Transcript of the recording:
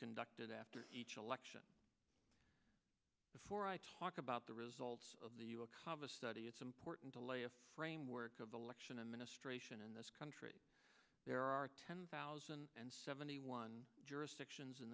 conducted after each election before i talk about the results of the you accomplished study it's important to lay a framework of election and ministration in this country there are ten thousand and seventy one jurisdictions in